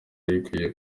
ikwiye